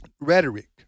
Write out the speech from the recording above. rhetoric